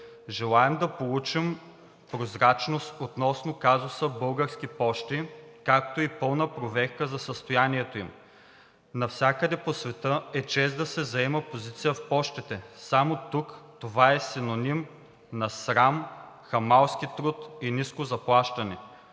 Желаем да получим прозрачност относно казуса „Български пощи“, както и пълна проверка за състоянието им. Навсякъде по света е чест да се заема позиция в Пощите, само тук това е синоним на срам, хамалски труд и ниско заплащане.